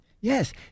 Yes